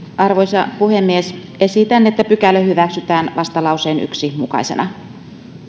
arvoisa puhemies esitän että pykälä hyväksytään vastalauseen yhtenä mukaisena